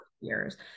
years